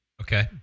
okay